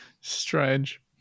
Strange